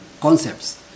concepts